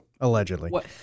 Allegedly